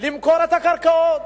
למכור את הקרקעות,